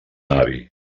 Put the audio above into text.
avi